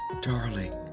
Darling